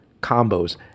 combos